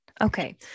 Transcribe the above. Okay